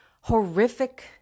horrific